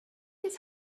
his